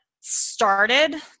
started